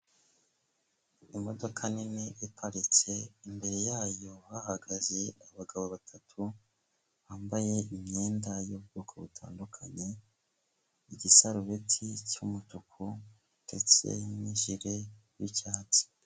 Imodoka nini iparitse, imbere yayo bahagaze abagabo batatu bambaye imyenda y'ubwoko butandukanye, igisarubeti cy'umutuku ndetse n'ijire y'icyatsi.